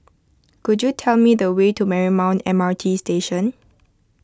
could you tell me the way to Marymount M R T Station